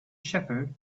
shepherd